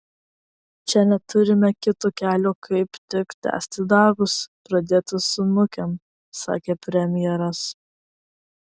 čia neturime kito kelio kaip tik tęsti darbus pradėtus su nukem sakė premjeras